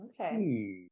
Okay